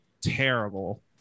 terrible